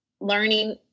learning